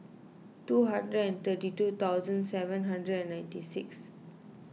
two hundred and thirty two thousand seven hundred and ninety six